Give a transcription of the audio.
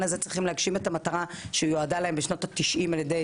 הזה צריך להגשים את המטרה שיועדה להם בשנות ה-90 על ידי